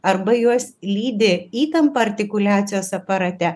arba juos lydi įtampa artikuliacijos aparate